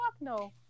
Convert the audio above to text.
no